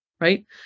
right